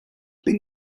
bin